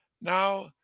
Now